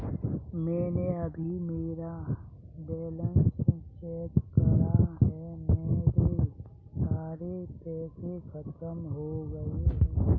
मैंने अभी मेरा बैलन्स चेक करा है, मेरे सारे पैसे खत्म हो गए हैं